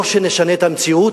לא שנשנה את המציאות,